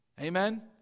Amen